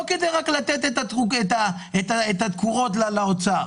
לא רק כדי לתת את התקורות למשרד האוצר